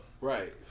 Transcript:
Right